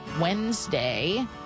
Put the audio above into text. Wednesday